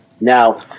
now